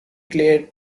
clare